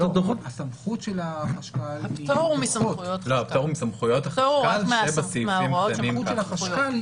הפטור הוא מסמכויות החשב הכללי שבסעיפים הקטנים.